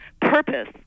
purpose